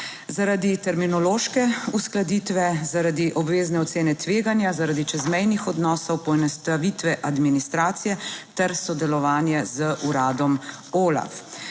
Zaradi terminološke uskladitve, zaradi obvezne ocene tveganja, zaradi čezmejnih odnosov, poenostavitve administracije ter sodelovanje z uradom OLAF.